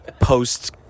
post